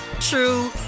true